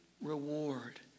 reward